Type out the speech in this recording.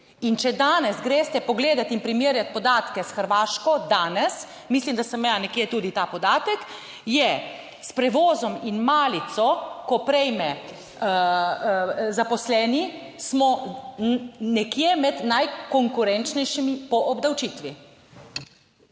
in če danes greste pogledati in primerjati podatke s Hrvaško, danes, mislim da sem imela nekje tudi ta podatek, je s prevozom in malico, ko prejme zaposleni, smo nekje med najkonkurenčnejšimi po obdavčitvi.